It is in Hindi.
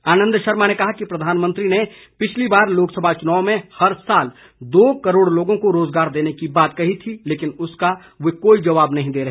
आनंद शर्मा ने कहा कि प्रधानमंत्री ने पिछली बार लोकसभा चुनाव में हर साल दो करोड़ लोगों को रोजगार देने की बात कही थी लेकिन उसका वे कोई जवाब नहीं दे रहे